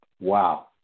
wow